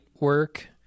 work